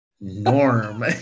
norm